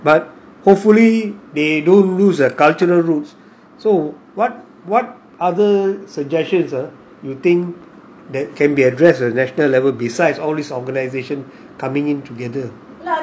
but hopefully they don't lose their cultural roots so what what other suggestions ah you think that can be addressed a national level besides all this organization coming in together